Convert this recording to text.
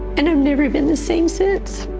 and um never been the same since.